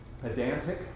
pedantic